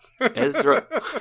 Ezra